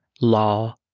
law